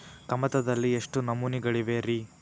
ಕಮತದಲ್ಲಿ ಎಷ್ಟು ನಮೂನೆಗಳಿವೆ ರಿ?